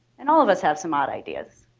and all of us have some odd ideas